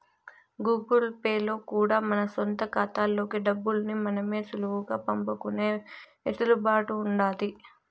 Google Pay లో కూడా మన సొంత కాతాల్లోకి డబ్బుల్ని మనమే సులువుగా పంపుకునే ఎసులుబాటు ఉండాది